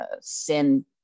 sin